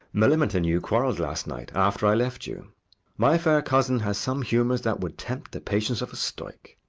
millamant and you quarrelled last night, after i left you my fair cousin has some humours that would tempt the patience of a stoic.